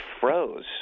froze